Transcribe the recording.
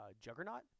Juggernaut